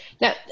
Now